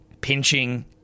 pinching